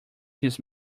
his